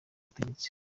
butegetsi